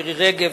מירי רגב,